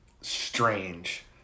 strange